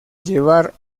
llevar